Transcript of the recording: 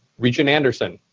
regent anderson?